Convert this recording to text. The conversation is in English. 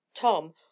Tom